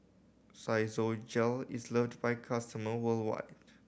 Physiogel is loved by it customer worldwide